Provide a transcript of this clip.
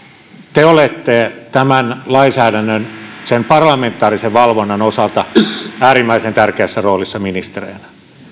te olette tämän lainsäädännön sen parlamentaarisen valvonnan osalta äärimmäisen tärkeässä roolissa ministereinä